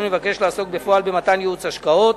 מבקש לעסוק בפועל במתן ייעוץ השקעות.